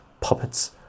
puppets